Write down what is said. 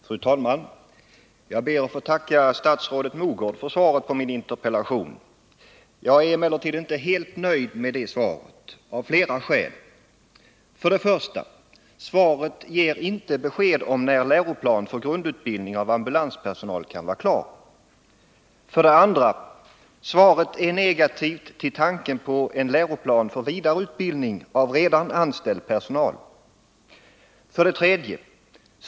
Fru talman! Jag ber att få tacka statsrådet Mogård för svaret på min interpellation. Jag är emellertid inte helt nöjd med det, av flera skäl: 1. Svaret ger inte besked om när läroplan för grundutbildning av ambulanspersonal kan vara klar. 2. Svaret är negativt till tanken på läroplan för vidareutbildning av redan anställd personal. 3.